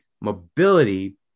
Mobility